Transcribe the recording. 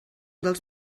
dels